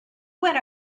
went